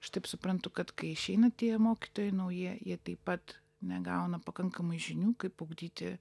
aš taip suprantu kad kai išeina tie mokytojai nauji jie taip pat negauna pakankamai žinių kaip ugdyti